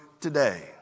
today